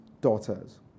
daughters